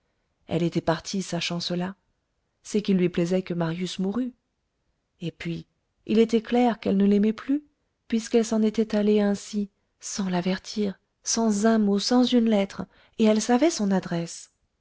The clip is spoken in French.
elle était partie sachant cela c'est qu'il lui plaisait que marius mourût et puis il était clair qu'elle ne l'aimait plus puisqu'elle s'en était allée ainsi sans l'avertir sans un mot sans une lettre et elle savait son adresse